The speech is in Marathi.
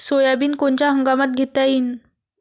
सोयाबिन कोनच्या हंगामात घेता येईन?